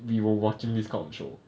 we were watching this kind of show